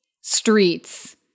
streets